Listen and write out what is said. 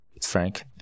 Frank